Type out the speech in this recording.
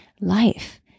Life